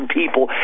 people